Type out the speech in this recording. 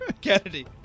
Kennedy